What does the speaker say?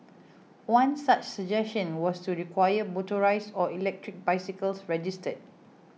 one such suggestion was to require motorised or electric bicycles registered